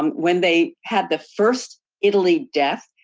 um when they had the first italy death,